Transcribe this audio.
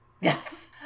Yes